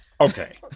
Okay